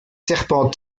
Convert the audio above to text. serpents